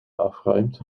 afruimt